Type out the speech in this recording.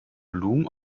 blumen